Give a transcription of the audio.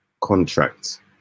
contract